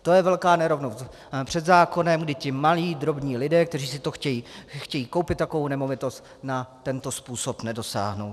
To je velká nerovnost před zákonem, kdy ti malí, drobní lidé, kteří si chtějí koupit takovou nemovitost, na tento způsob nedosáhnou.